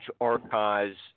Archives